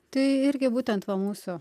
tai irgi būtent va mūsų